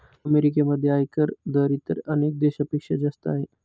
अमेरिकेमध्ये आयकर दर इतर अनेक देशांपेक्षा जास्त आहे